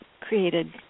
created